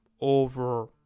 over